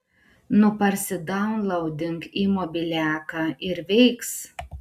nu parsidaunlaudink į mobiliaką ir veiks